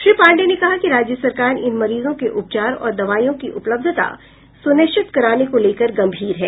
श्री पांडेय ने कहा कि राज्य सरकार इन मरीजों के उपचार और दवाओं की उपलब्धता सुनिश्चित कराने को लेकर गंभीर है